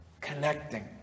connecting